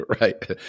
Right